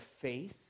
faith